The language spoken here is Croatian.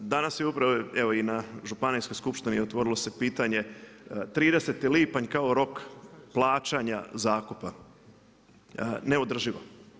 Danas je upravo evo i na županijskoj skupštini otvorilo se pitanje 30. lipanj kao rok plaćanja zakupa, neodrživo.